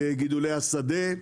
גידולי השדה,